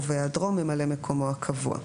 ובהיעדרו ממלא מקומו הקבוע.